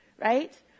Right